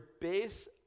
base